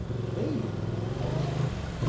baby! i exclaimed.